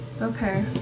okay